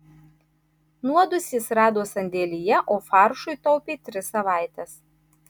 nuodus jis rado sandėlyje o faršui taupė tris savaites